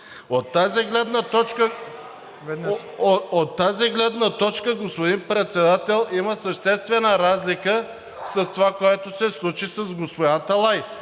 От тази гледна точка, господин Председател, има съществена разлика с това, което се случи с господин Аталай.